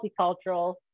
multicultural